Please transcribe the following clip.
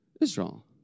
Israel